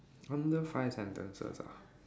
under five sentences ah